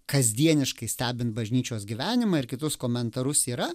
kasdieniškai stebint bažnyčios gyvenimą ir kitus komentarus yra